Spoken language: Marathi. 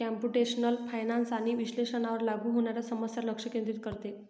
कम्प्युटेशनल फायनान्स आर्थिक विश्लेषणावर लागू होणाऱ्या समस्यांवर लक्ष केंद्रित करते